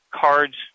cards